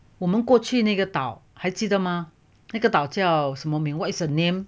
我们过去那个岛还记得吗那个岛叫什么名 what is a name